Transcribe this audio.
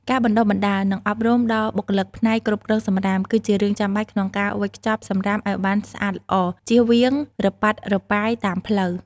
ការបណ្តុះបណ្តាល និងអប់រំដល់បុគ្គលិកផ្នែកគ្រប់គ្រងសំរាម គឺជារឿងចាំបាច់ក្នុងការវេចខ្ចប់សម្រាមឲ្យបានស្អាតល្អ ជៀសវាងរប៉ាត់រប៉ាយតាមផ្លូវ។